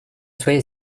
soyez